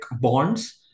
bonds